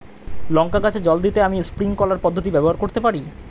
লঙ্কা গাছে জল দিতে আমি স্প্রিংকলার পদ্ধতি ব্যবহার করতে পারি?